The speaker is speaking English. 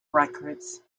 records